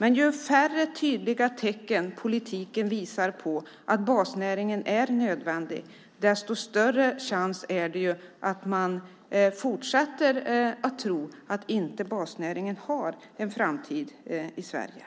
Ju färre tydliga tecken politiken visar på att basnäringen är nödvändig desto större risk är det att man fortsätter att tro att basnäringen inte har någon framtid i Sverige.